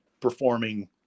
performing